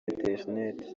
internet